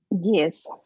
Yes